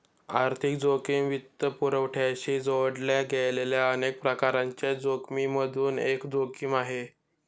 आर्थिक जोखिम वित्तपुरवठ्याशी जोडल्या गेलेल्या अनेक प्रकारांच्या जोखिमिमधून एक जोखिम आहे